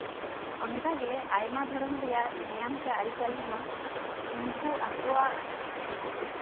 ᱚᱱᱠᱟᱜᱮ ᱟᱭᱢᱟ ᱫᱷᱚᱨᱚᱢ ᱨᱮᱭᱟᱜ ᱱᱮᱭᱟᱢ ᱥᱮ ᱟᱹᱨᱤᱪᱟᱹᱞᱤ ᱦᱚᱸ ᱩᱱᱠᱩ ᱟᱠᱚᱣᱟᱜ